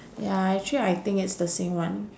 ya actually I think it's the same [one]